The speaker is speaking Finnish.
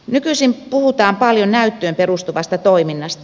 nykyisin puhutaan paljon näyttöön perustuvasta toiminnasta